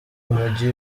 umugi